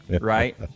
Right